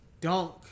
dunk